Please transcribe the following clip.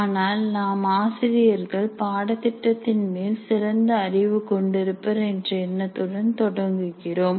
ஆனால் நாம் ஆசிரியர்கள் பாடத்திட்டத்தின் மேல் சிறந்த அறிவு கொண்டிருப்பர் என்ற எண்ணத்துடன் தொடங்குகிறோம்